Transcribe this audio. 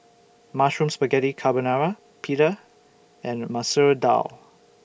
Mushroom Spaghetti Carbonara Pita and Masoor Dal